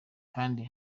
kandi